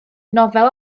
nofel